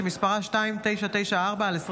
שמספרה פ/2994/25.